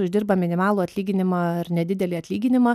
uždirba minimalų atlyginimą ar nedidelį atlyginimą